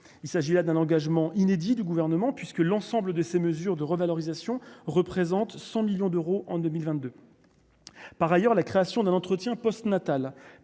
il s'agit là d'un engagement inédit du gouvernement puisque l'ensemble de ces mesures de revalorisation représente 100 millions d'euros en 2022 par ailleurs la création d'un entretien post-natal